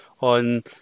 on